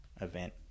event